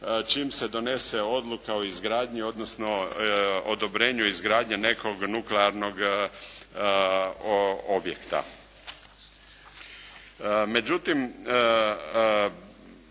čim se donese odluka o izgradnji, odnosno odobrenju izgradnje nekog nuklearnog objekta.